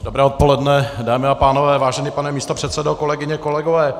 Dobré odpoledne, dámy a pánové, vážený pane místopředsedo, kolegyně, kolegové.